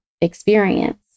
experience